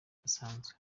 adasanzwe